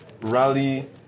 rally